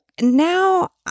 now